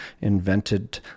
invented